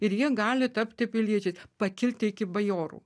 ir jie gali tapti piliečiais pakilti iki bajorų